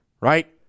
right